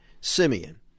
Simeon